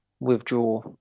withdraw